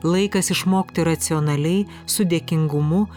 laikas išmokti racionaliai su dėkingumu